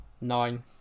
Nine